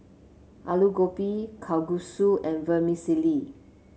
Alu Gobi Kalguksu and Vermicelli